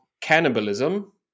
Cannibalism